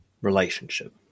relationship